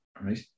Right